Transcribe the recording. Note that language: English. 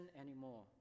anymore